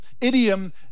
idiom